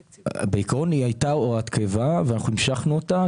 בעיקרון היא הייתה הוראת קבע ואנחנו המשכנו אותה.